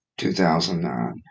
2009